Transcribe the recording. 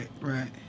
right